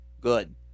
good